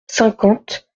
cinquante